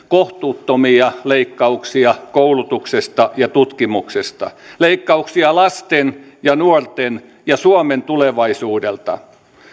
kohtuuttomia leikkauksia koulutuksesta ja tutkimuksesta leikkauksia lasten ja nuorten ja suomen tulevaisuudelta